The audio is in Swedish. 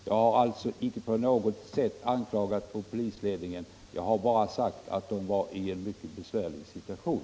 Jag har alltså icke på något sätt anklagat polisledningen — jag har bara sagt att den var i en mycket besvärlig situation.